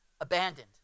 abandoned